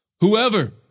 Whoever